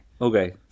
Okay